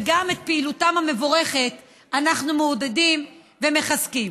וגם את פעילותם המבורכת אנחנו מעודדים ומחזקים.